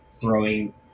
throwing